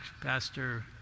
Pastor